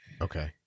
Okay